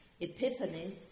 Epiphany